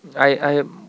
I I